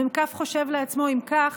המ"כ חושב לעצמו: אם כך,